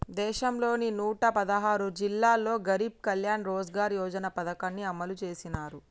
దేశంలోని నూట పదహారు జిల్లాల్లో గరీబ్ కళ్యాణ్ రోజ్గార్ యోజన పథకాన్ని అమలు చేసినారు